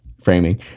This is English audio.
framing